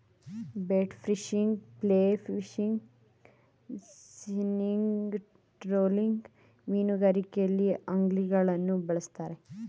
bait fishing, fly fishing, spinning, trolling ಮೀನುಗಾರಿಕೆಯಲ್ಲಿ ಅಂಗ್ಲಿಂಗ್ಗಳನ್ನು ಬಳ್ಸತ್ತರೆ